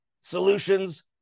solutions